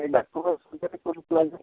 काही डाक्यु